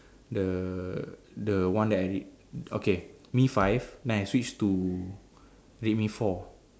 the the one that I read okay mi-five then I switch to redmi-four